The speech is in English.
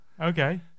Okay